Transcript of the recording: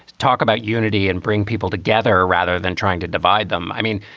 talk about unity and bring people together rather than trying to divide them. i mean,